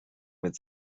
mit